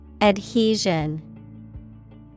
Adhesion